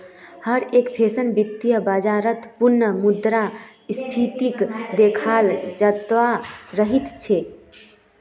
हर एक देशत वित्तीय बाजारत पुनः मुद्रा स्फीतीक देखाल जातअ राहिल छे